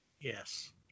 Yes